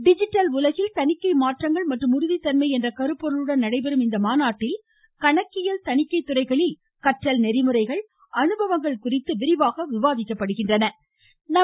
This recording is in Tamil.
டிஜிட்டல் உலகில் தணிக்கை மாற்றங்கள் மற்றும் உறுதி தன்மை என்ற கருப்பொருளுடன் நடைபெறும் இம்மாநாட்டில் கணக்கியல் தணிக்கை துறைகளில் கற்றல் நெறிமுறைகள் அனுபவங்கள் குறித்து விரிவாக விவாதிக்கப் படுகிறது